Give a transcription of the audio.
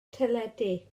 teledu